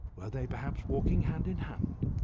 were they perhaps walking hand-in-hand?